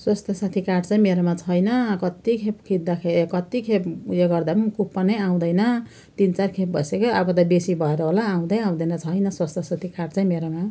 स्वास्थ्य साथी कार्ड चाहिँ मेरोमा छैन कत्ति खेप खिच्दाखेरि ए कत्तिखेप उयो गर्दा पनि कुपनै आउँदैन तिन चारखेप भइसक्यो अब त बेसी भएर होला आउँदै आउँदैन छैन स्वास्थ्य साथी कार्ड चाहिँ मेरामा